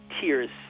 tears